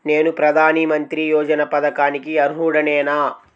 నేను ప్రధాని మంత్రి యోజన పథకానికి అర్హుడ నేన?